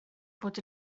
fod